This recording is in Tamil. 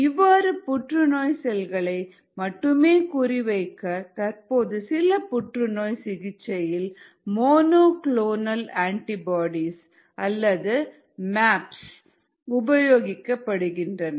இவ்வாறு புற்றுநோய் செல்களை மட்டுமே குறிவைக்க தற்போது சில புற்றுநோய் சிகிச்சையில் மோனோ குளோனல் அண்டிபோடீஸ் அல்லது மேப்ஸ் உபயோகிக்கப்படுகின்றன